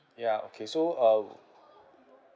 ya okay so uh